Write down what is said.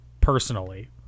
Personally